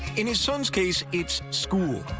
in his son's case, it's school.